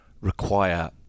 require